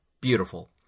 Beautiful